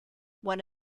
one